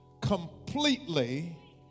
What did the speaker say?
completely